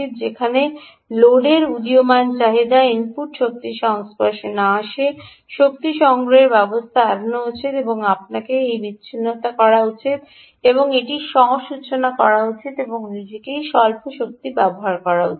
যেখানে লোডের উদীয়মান চাহিদা ইনপুট শক্তির সংস্পর্শে না আসে শক্তি সংগ্রহের ব্যবস্থা এড়ানো উচিত আপনাকে সেই বিচ্ছিন্নতা করা উচিত এটি স্ব সূচনা করা উচিত এবং এটি নিজেই স্বল্প শক্তি ব্যবহার করা উচিত